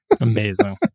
Amazing